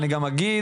אני גם אגיד,